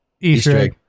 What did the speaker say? Easter